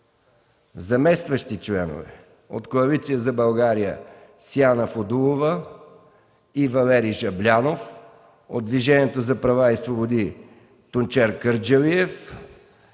Заместващи членове: - от Коалиция за България – Сияна Фудулова и Валери Жаблянов; - от Движението за права и свободи – Тунчер Кърджалиев;